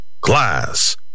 Class